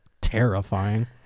terrifying